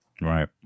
Right